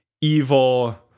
evil